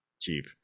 cheap